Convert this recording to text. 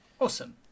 awesome